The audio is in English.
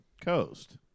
coast